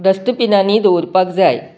डस्टबीनांनी दवरपाक जाय